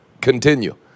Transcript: continue